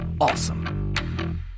awesome